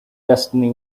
destiny